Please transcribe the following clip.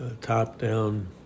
top-down